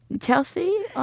Chelsea